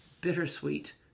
bittersweet